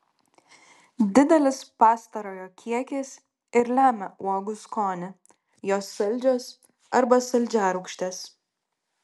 didelis pastarojo kiekis ir lemia uogų skonį jos saldžios arba saldžiarūgštės